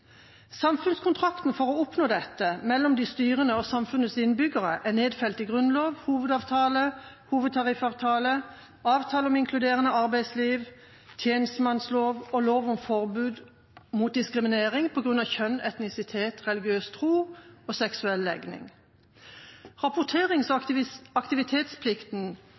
Samfunnskontrakten for å oppnå dette mellom de styrende og samfunnets innbyggere er nedfelt i Grunnloven, Hovedavtalen, Hovedtariffavtalen, avtalen om inkluderende arbeidsliv, tjenestemannsloven og lov om forbud mot diskriminering på grunn av kjønn, etnisitet, religiøs tro og seksuell legning. Rapporterings- og aktivitetsplikten